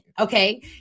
okay